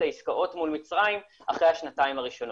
לעסקאות מול מצרים אחרי השנתיים הראשונות.